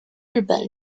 日本